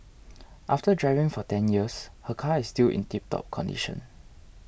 after driving for ten years her car is still in tiptop condition